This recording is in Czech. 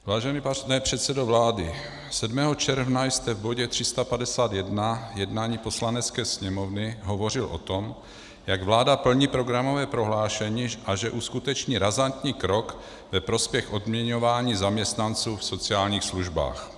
Vážený pane předsedo vlády, 7. června jste v bodě 351 jednání Poslanecké sněmovny hovořil o tom, jak vláda plní programové prohlášení a že uskuteční razantní krok ve prospěch odměňování zaměstnanců v sociálních službách.